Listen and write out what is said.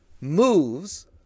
moves